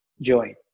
join